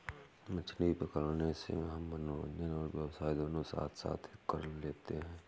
मछली पकड़ने से हम मनोरंजन और व्यवसाय दोनों साथ साथ कर लेते हैं